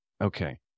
Okay